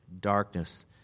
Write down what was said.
darkness